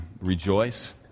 rejoice